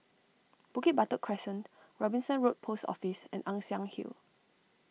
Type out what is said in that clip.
Bukit Batok Crescent Robinson Road Post Office and Ann Siang Hill